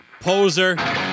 Poser